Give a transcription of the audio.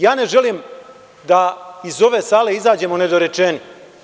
Ja ne želim da iz ove sale izađemo nedorečeni.